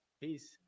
Peace